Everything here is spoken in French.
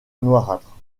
noirâtre